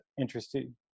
interested